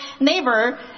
neighbor